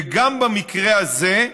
וגם במקרה הזה,